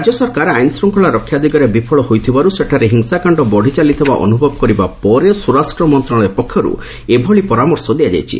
ରାଜ୍ୟ ସରକାର ଆଇନ୍ ଶ୍ଚଙ୍ଖଳା ରକ୍ଷା ଦିଗରେ ବିଫଳ ହୋଇଥିବାରୁ ସେଠାରେ ହିଂସାକାଣ୍ଡ ବଢ଼ି ଚାଲିଥିବା ଅନୁଭବ କରିବା ପରେ ସ୍ୱରାଷ୍ଟ୍ର ମନ୍ତ୍ରଣାଳୟ ପକ୍ଷରୁ ଏଭଳି ପରାମର୍ଶ ଦିଆଯାଇଛି